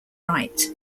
right